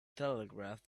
telegraph